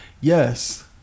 yes